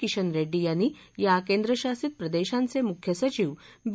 किशन रेङ्डी यांनी या केंद्रशासित प्रदेशांचे मुख्य सचिव बी